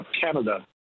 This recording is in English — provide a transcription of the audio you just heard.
Canada